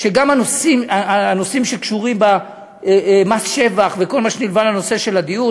שגם הנושאים שקשורים במס שבח וכל מה שנלווה לנושא של הדיור,